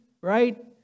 right